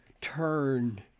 turn